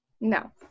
No